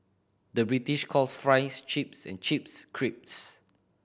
the British calls fries chips and chips crisps